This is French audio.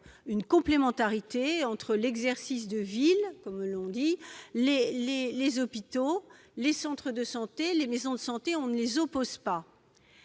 une complémentarité entre l'exercice en ville, les hôpitaux, les centres de santé et les maisons de santé. Nous ne les opposons pas.